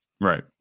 right